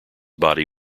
body